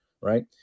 right